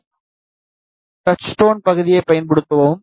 இந்த டச்ஸ்டோன் தொகுதியைப் பயன்படுத்தவும்